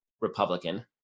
Republican